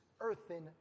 earthen